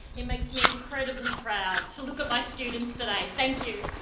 it makes me incredibly proud to look at my students today. thank you.